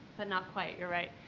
but not quite, you're right.